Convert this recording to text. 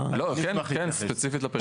אני רק אשמח להתייחס ספציפית את הפריפריה.